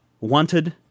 Wanted